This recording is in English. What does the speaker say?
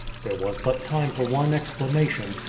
there was but time for one exclamation,